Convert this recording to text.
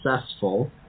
successful